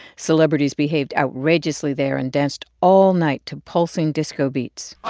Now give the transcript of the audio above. celebrities behaved outrageously there and danced all night to pulsing disco beats